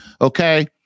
Okay